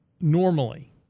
normally